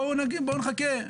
בואו נחכה.